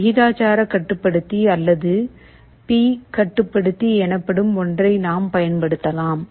விகிதாசார கட்டுப்படுத்தி அல்லது பி கட்டுப்படுத்தி எனப்படும் ஒன்றை நாம் பயன்படுத்தலாம்